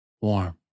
warm